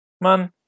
Man